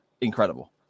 incredible